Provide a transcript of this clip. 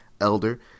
elder